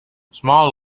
small